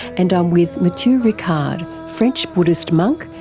and i'm with matthieu ricard, french buddhist monk,